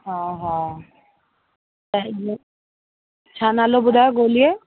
हा हा त इहा छा नालो ॿुधायांव गोलीअ जो